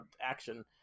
action